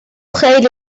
خیلی